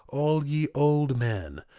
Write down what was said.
all ye old men,